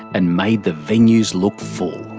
and made the venues look full.